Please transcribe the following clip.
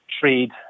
trade